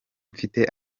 mfite